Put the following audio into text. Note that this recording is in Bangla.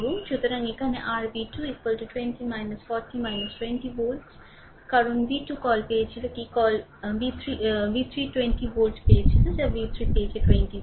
সুতরাং এখানে r v2 20 40 20 ভোল্ট কারণ v2 কল পেয়েছিল কি কল v3 20 ভোল্ট পেয়েছিল যা v3 পেয়েছে 20 ভোল্ট